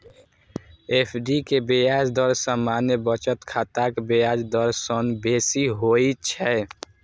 FD के ब्याज दर सामान्य बचत खाताक ब्याज दर सं बेसी होइ छै